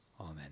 Amen